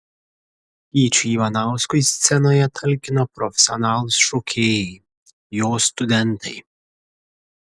gyčiui ivanauskui scenoje talkino profesionalūs šokėjai jo studentai